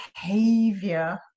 behavior